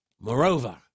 Moreover